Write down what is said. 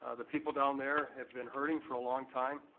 ah the people down there have been hurting for a long time.